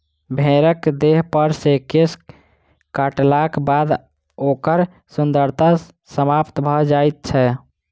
भेंड़क देहपर सॅ केश काटलाक बाद ओकर सुन्दरता समाप्त भ जाइत छै